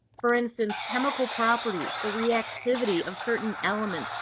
for instance, chemical properties, the reactivity of certain elements,